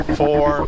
four